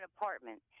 apartment